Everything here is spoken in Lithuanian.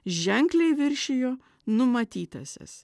ženkliai viršijo numatytąsias